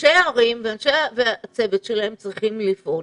ראשי הערים והצוות שלהם צריכים לפעול.